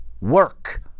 work